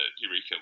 Eureka